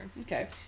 Okay